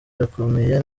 irakomeye